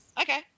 Okay